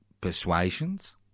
persuasions